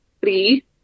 Three